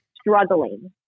struggling